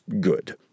good